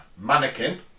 Mannequin